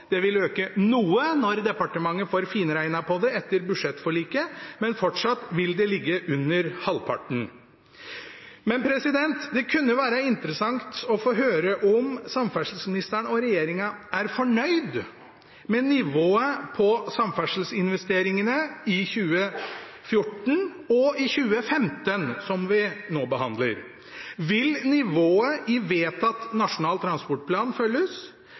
Det vil øke noe når departementet får finregnet på det etter budsjettforliket, men fortsatt vil det ligge under halvparten. Det kunne være interessant å få høre om samferdselsministeren og regjeringen er fornøyd med nivået på samferdselsinvesteringene i 2014 og i 2015, som vi nå behandler. Vil nivået i vedtatt Nasjonal transportplan følges?